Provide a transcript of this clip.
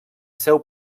seu